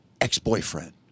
ex-boyfriend